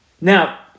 Now